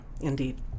indeed